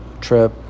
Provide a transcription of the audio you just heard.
trip